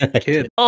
Kid